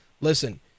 Listen